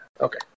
okay